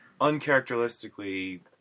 uncharacteristically